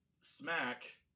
smack